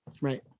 Right